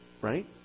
right